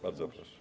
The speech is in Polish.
Bardzo proszę.